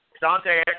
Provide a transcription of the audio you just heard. Dante